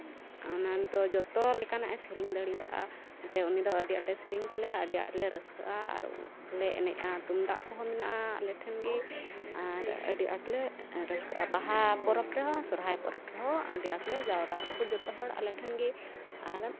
ᱚᱱᱟ ᱫᱚ ᱡᱚᱛᱚ ᱞᱮᱠᱟᱱᱟᱜᱼᱮ ᱥᱮᱨᱮᱧ ᱫᱟᱲᱮᱭᱟᱜᱼᱟ ᱚᱱᱟᱛᱮ ᱩᱱᱤ ᱫᱚ ᱟᱹᱰᱤ ᱟᱸᱴᱮ ᱥᱮᱨᱮᱧ ᱛᱟᱞᱮᱭᱟ ᱟᱰᱤ ᱟᱸᱴ ᱞᱮ ᱨᱟᱹᱥᱠᱟᱹᱜᱼᱟ ᱟᱨ ᱩᱱᱞᱮ ᱮᱱᱮᱡᱼᱟ ᱛᱩᱢᱫᱟᱜ ᱠᱚᱦᱚᱸ ᱢᱮᱱᱟᱜᱼᱟ ᱟᱞᱮ ᱴᱷᱮᱱ ᱜᱮ ᱟᱨ ᱟᱹᱰᱤ ᱟᱸᱴ ᱞᱮ ᱨᱟᱹᱥᱠᱟᱹᱜᱼᱟ ᱵᱟᱦᱟ ᱯᱚᱨᱚᱵᱽ ᱨᱮᱦᱚᱸ ᱟᱨ ᱥᱚᱨᱦᱟᱭ ᱯᱚᱨᱚᱵᱽ ᱨᱮᱦᱚᱸ ᱟᱹᱰᱤ ᱟᱸᱴ ᱞᱮ ᱡᱟᱣᱨᱟᱜᱼᱟᱠᱚ ᱡᱚᱛᱚ ᱦᱚᱲ ᱟᱞᱮ ᱴᱷᱮᱱ ᱜᱮ ᱟᱨ